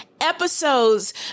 episodes